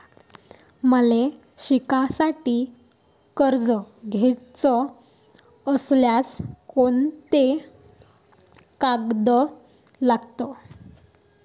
मले शिकासाठी कर्ज घ्याचं असल्यास कोंते कागद लागन?